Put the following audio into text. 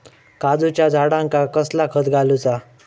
काजूच्या झाडांका कसला खत घालूचा?